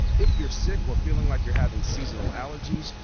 if you're sick or feeling like you're having seasonal allergies.